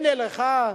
הנה לך,